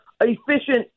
efficient